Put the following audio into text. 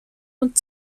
und